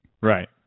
Right